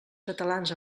catalans